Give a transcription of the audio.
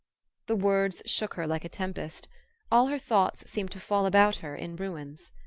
the words shook her like a tempest all her thoughts seemed to fall about her in ruins.